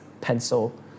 pencil